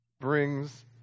brings